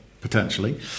potentially